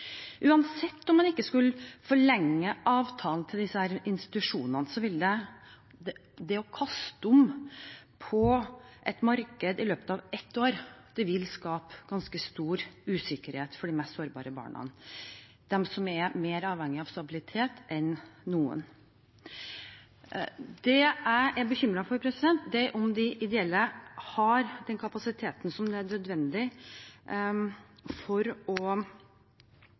Uansett om man ikke skulle forlenge avtalen til disse institusjonene, så vil det å kaste om på et marked i løpet av ett år skape ganske stor usikkerhet for de mest sårbare barna, de som er mer avhengige av stabilitet enn noen. Det jeg er bekymret for, er om de ideelle har den kapasiteten som er nødvendig for å